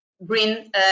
bring